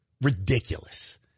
ridiculous